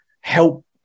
help